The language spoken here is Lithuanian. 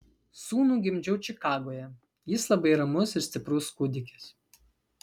sūnų gimdžiau čikagoje jis labai ramus ir stiprus kūdikis